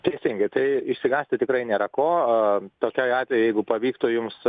teisingai tai išsigąsti tikrai nėra ko tokiai atveju jeigu pavyktų jums